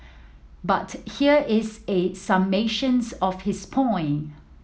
but here is a summations of his point